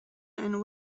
and